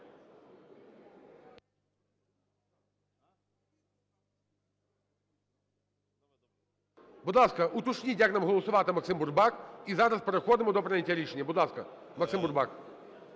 Будь ласка, уточніть, як нам голосувати, Максим Бурбак. І зараз переходимо до прийняття рішення. Будь ласка, Максим Бурбак.